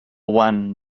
one